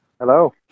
Hello